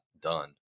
done